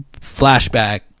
flashback